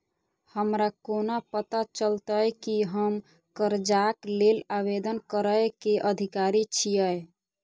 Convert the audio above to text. हमरा कोना पता चलतै की हम करजाक लेल आवेदन करै केँ अधिकारी छियै?